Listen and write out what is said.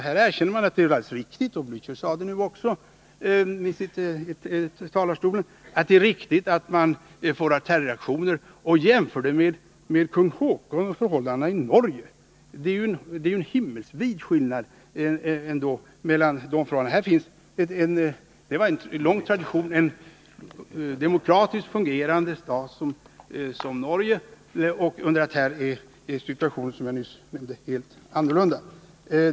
Här erkänner man alltså att det var helt riktigt, och Raul Blächer sade det här i talarstolen, att man befarar terroraktioner — och så jämför man med kung Haakon och förhållandena i Norge! Det är en himmelsvid skillnad mellan de förhållandena. I Norge var det en av lång tradition demokratiskt fungerande stat, under det att den här situationen, som jag nyss nämnde, är helt annorlunda.